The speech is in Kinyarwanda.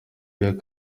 kimwe